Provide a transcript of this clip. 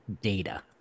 Data